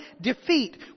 defeat